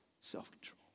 self-control